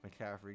McCaffrey